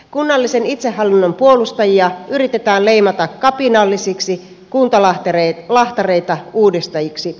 kunnallisen itsehallinnon puolustajia yritetään leimata kapinallisiksi kuntalahtareita uudistajiksi